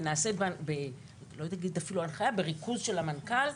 ונעשית בריכוז של המנכ"ל,